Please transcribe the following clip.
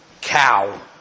cow